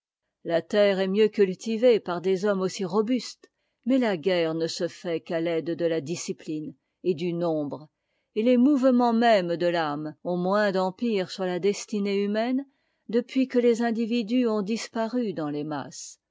la terre est mieux cultivée par des hommes si robustes mais la guerre ne se fait qu'à l'aide de la discipline et du nombre et les mouvements mêmes de âme ont moins d'empire sur la destinée humaine depuis que les individus ont disparu dans les masses